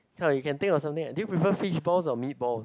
come you can think of something like do you prefer fishballs or meatballs